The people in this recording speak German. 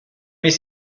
ist